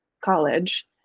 college